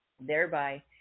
thereby